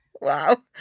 Wow